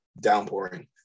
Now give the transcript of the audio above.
downpouring